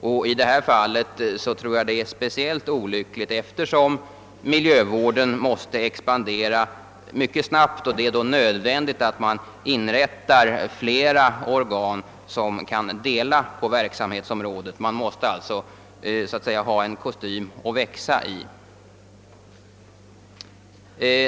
Och i detta fall tror jag det är speciellt olyckligt, eftersom miljövården måste expandera mycket snabbt och det därför är nödvändigt att inrätta flera organ som kan dela upp verksamhetsområdet. Man måste så att säga ha en kostym att växa i.